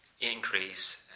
increase